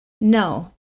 No